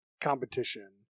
Competition